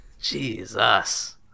Jesus